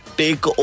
take